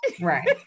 Right